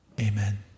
amen